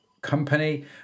company